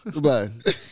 Goodbye